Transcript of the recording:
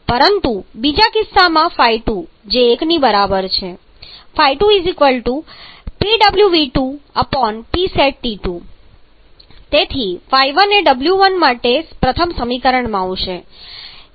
પરંતુ બીજા કિસ્સામાં ϕ2 જે 1 ની બરાબર છે 2Pwv2Psat તેથી ϕ1 એ ω1 માટે પ્રથમ સમીકરણમાં આવશે